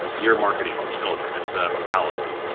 you're marketing to children. it's a fallacy.